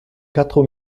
quatre